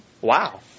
Wow